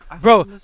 Bro